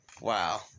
Wow